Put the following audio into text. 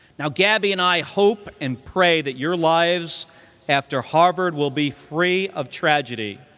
now, gabby and i hope and pray that your lives after harvard will be free of tragedy,